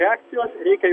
reakcijos reikia